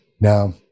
Now